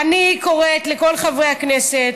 אני קוראת לכל חברי הכנסת,